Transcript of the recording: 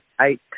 eight